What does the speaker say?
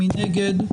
מי נגד?